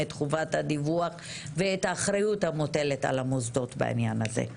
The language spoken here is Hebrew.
את חובת הדיווח ואת האחריות המוטלת על המוסדות בעניין הזה.